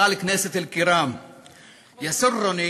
(אומר דברים